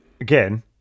again